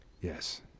Yes